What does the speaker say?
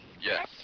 Yes